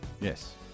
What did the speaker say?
Yes